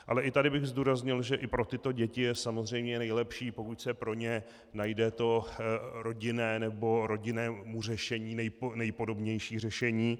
Ale i tady bych zdůraznil, že i pro tyto děti je samozřejmě nejlepší, pokud se pro ně najde to rodinnému řešení nejpodobnější řešení.